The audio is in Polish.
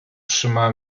trzymała